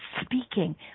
speaking